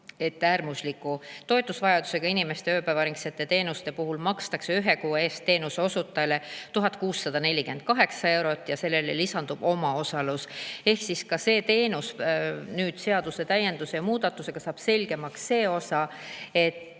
et äärmusliku toetusvajadusega inimeste ööpäevaringsete teenuste puhul makstakse ühe kuu eest teenuseosutajale 1648 eurot ja sellele lisandub omaosalus. Ehk saab nüüd seadusemuudatusega selgemaks see osa, et